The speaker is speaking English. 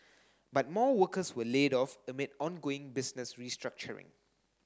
but more workers were laid off amid ongoing business restructuring